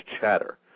chatter